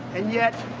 and yet,